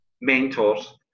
mentors